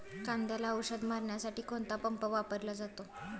कांद्याला औषध मारण्यासाठी कोणता पंप वापरला जातो?